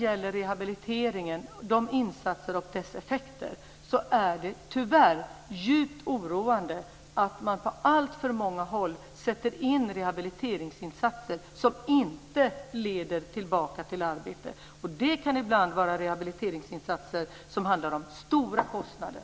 Men det är djupt oroande att man på alltför många håll sätter in rehabiliteringsinsatser som inte leder tillbaka till arbete. Det kan ibland vara rehabiliteringsinsatser för stora kostnader.